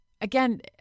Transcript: again